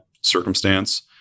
circumstance